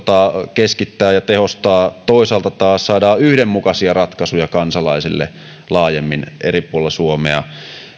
keskittää ja tehostaa toisaalta taas saadaan yhdenmukaisia ratkaisuja kansalaisille laajemmin eri puolilla suomea